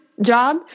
job